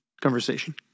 conversation